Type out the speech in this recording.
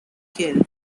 killed